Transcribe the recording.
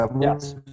Yes